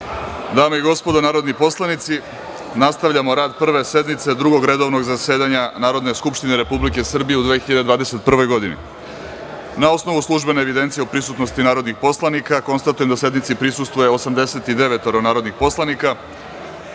dame i gospodo narodni poslanici, nastavljamo rad Prve sednice Drugog redovnog zasedanja Narodne skupštine Republike Srbije u 2021.Na osnovu službene evidencije o prisutnosti narodnih poslanika, konstatujem da sednici prisustvuje 89 narodnih poslanika.